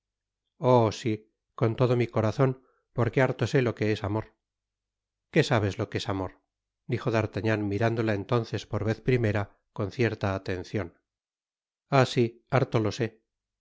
oh si con todo mi corazon porque harto só lo que es amor qué sabes lo que es amor dijo d'artagnan mirándola entonces por vez primera con cierta atencion ay si harto lo sé